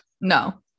No